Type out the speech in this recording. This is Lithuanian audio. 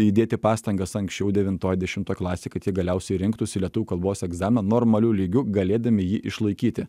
įdėti pastangas anksčiau devintoj dešimtoj klasėj kad jie galiausiai rinktųsi lietuvių kalbos egzaminą normaliu lygiu galėdami jį išlaikyti